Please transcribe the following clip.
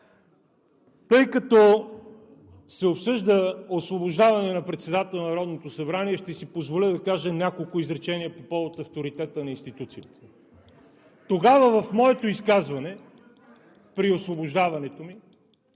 Тъй като се обсъжда освобождаване на председателя на Народното събрание, ще си позволя да кажа няколко изречения по повод авторитета на институцията. Тогава в моето изказване при освобождаването ми,